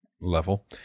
level